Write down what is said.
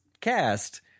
cast